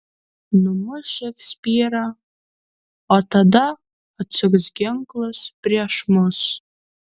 numuš šekspyrą o tada atsuks ginklus prieš mus